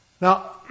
Now